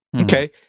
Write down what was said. Okay